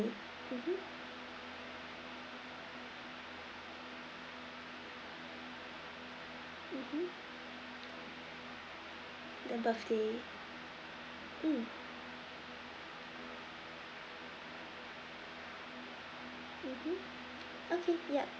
mmhmm mmhmm the birthday mm mmhmm okay ya